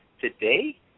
today